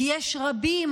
כי יש רבים,